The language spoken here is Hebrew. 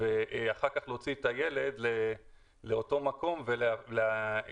ואחר כך להוציא את הילד לאותו מקום כדי